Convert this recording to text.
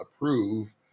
approve